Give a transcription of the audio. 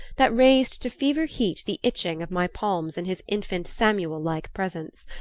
that raised to fever-heat the itching of my palms in his infant-samuel-like presence.